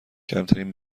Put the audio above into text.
کمترین